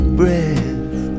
breath